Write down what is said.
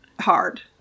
hard